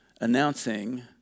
announcing